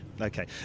Okay